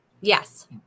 Yes